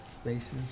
spaces